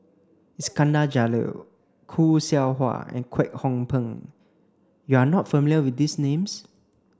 Iskandar Jalil Khoo Seow Hwa and Kwek Hong Png you are not familiar with these names